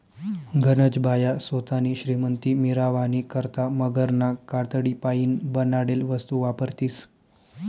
गनज बाया सोतानी श्रीमंती मिरावानी करता मगरना कातडीपाईन बनाडेल वस्तू वापरतीस